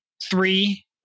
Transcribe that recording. three